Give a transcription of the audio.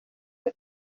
que